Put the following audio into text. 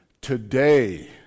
Today